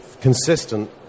consistent